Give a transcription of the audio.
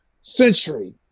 century